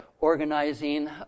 organizing